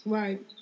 right